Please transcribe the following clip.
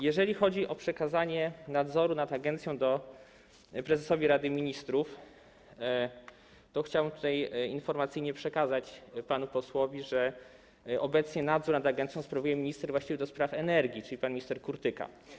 Jeżeli chodzi o przekazanie nadzoru nad agencją prezesowi Rady Ministrów, to chciałbym tutaj informacyjnie przekazać panu posłowi, że obecnie nadzór na agencją sprawuje minister właściwy do spraw energii, czyli pan minister Kurtyka.